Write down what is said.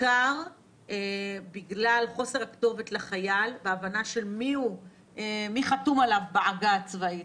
בעיקר בגלל חוסר הכתובת לחייל בהבנה של מי חתום עליו בעגה הצבאית,